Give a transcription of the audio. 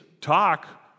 talk